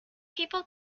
people